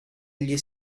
egli